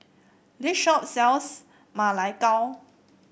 this shop sells Ma Lai Gao